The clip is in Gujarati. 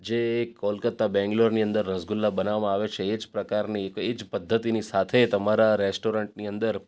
જે એક કોલકત્તા બેંગ્લોરની અંદર રસગુલ્લા બનાવવામાં આવે છે એ જ પ્રકારની એ જ પધ્ધતિની સાથે તમારા રેસ્ટોરન્ટની અંદર